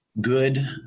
good